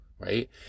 Right